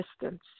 distance